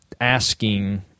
asking